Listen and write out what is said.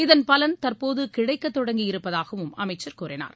இதன் பலன் தற்போது கிடைக்கத் தொடங்கி இருப்பதாகவும் அமைச்சர் கூறினார்